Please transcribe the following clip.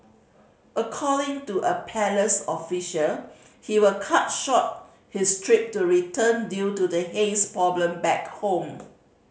according to a palace official he will cut short his trip to return due to the haze problem back home